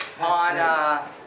on